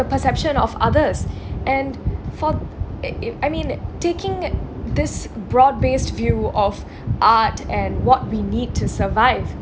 the perception of others and for it it I mean taking this broad-based view of art and what we need to survive